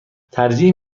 ترجیح